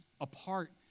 apart